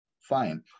Fine